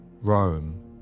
Rome